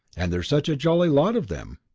and there's such a jolly lot of them.